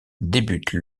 débute